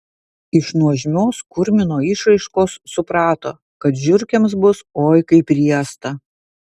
iš nuožmios kurmino išraiškos suprato kad žiurkėms bus oi kaip riesta